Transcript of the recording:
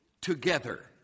together